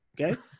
Okay